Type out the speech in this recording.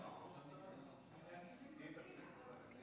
להגיד שאני מסכים.